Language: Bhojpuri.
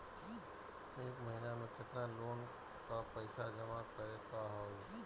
एक महिना मे केतना लोन क पईसा जमा करे क होइ?